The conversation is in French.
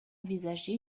envisagé